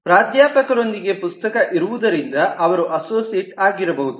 ಪ್ರಾಧ್ಯಾಪಕರೊಂದಿಗೆ ಪುಸ್ತಕ ಇರುವುದರಿಂದ ಅವರು ಅಸೋಸಿಯೇಟ್ ಆಗಿರಬಹುದು